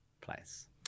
place